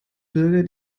bürger